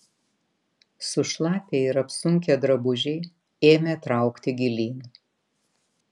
sušlapę ir apsunkę drabužiai ėmė traukti gilyn